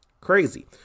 crazy